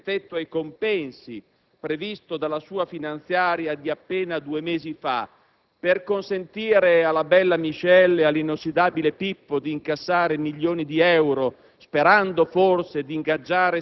ed ha provveduto a rivedere il tetto ai compensi previsto dalla sua finanziaria di appena due mesi fa per consentire alla bella Michelle e all'inossidabile Pippo di incassare milioni di euro